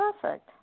Perfect